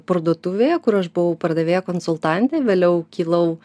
parduotuvėje kur aš buvau pardavėja konsultantė vėliau kilau